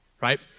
Right